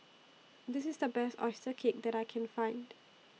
This IS The Best Oyster Cake that I Can Find